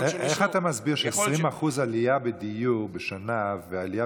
איך אתה מסביר 20% עלייה בדיור בשנה ועלייה